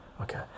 okay